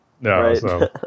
No